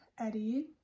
Eddie